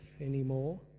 anymore